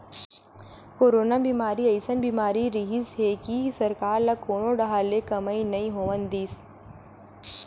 corona बेमारी अइसन बीमारी रिहिस हे कि सरकार ल कोनो डाहर ले कमई नइ होवन दिस